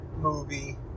movie